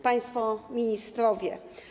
Państwo Ministrowie!